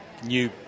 new